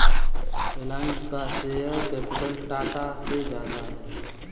रिलायंस का share capital Tata से ज्यादा है